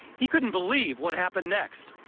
he couldn't believe what happened next.